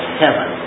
heaven